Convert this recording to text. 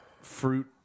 Fruit